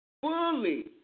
Fully